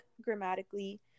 grammatically